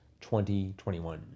2021